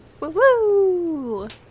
Woohoo